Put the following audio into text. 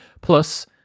plus